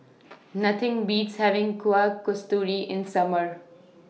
Nothing Beats having Kuih Kasturi in Summer